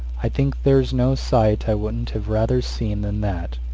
i think there's no sight i wouldn't have rather seen than that.